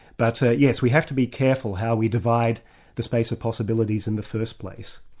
but yes, we have to be careful how we divide the space of possibilities in the first place.